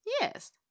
yes